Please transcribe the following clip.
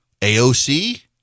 AOC